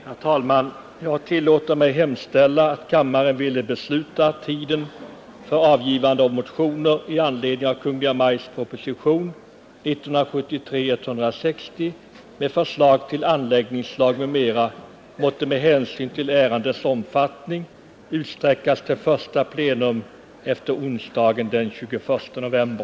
Herr talman! Jag tillåter mig hemställa att kammaren ville besluta att tiden för avgivande av motioner i anledning av Kungl. Maj:ts proposition 1973:160 med förslag till anläggningslag m.m. måtte med hänsyn till ärendets omfattning utsträckas till första plenum efter onsdagen den 21 november.